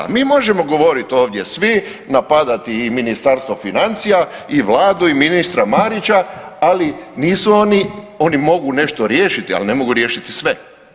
Mi možemo govorit ovdje svi, napadati i Ministarstvo financija i vladu i ministra Marića, ali nisu oni, oni mogu nešto riješiti ali ne mogu riješiti sve.